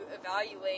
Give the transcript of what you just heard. evaluate